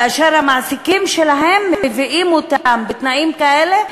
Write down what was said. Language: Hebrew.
כאשר המעסיקים שלהם מביאים אותם בתנאים כאלה,